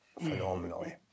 phenomenally